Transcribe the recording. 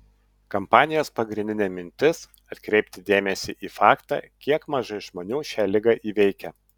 kampanijos pagrindinė mintis atkreipti dėmesį į faktą kiek mažai žmonių šią ligą įveikia